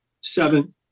seven